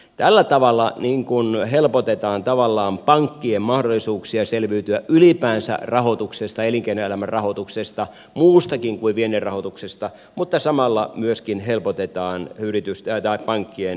tällä tavalla helpotetaan tavallaan pankkien mahdollisuuksia selviytyä ylipäänsä elinkeinoelämän rahoituksesta muustakin kuin viennin rahoituksesta mutta samalla myöskin helpotetaan pankkien viennin rahoitusta